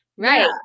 Right